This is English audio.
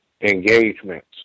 engagements